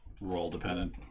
role-dependent